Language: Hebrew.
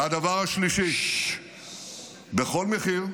הדבר השלישי: בכל מחיר,